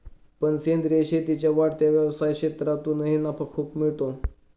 पण सेंद्रीय शेतीच्या वाढत्या व्यवसाय क्षेत्रातूनही नफा खूप मिळतो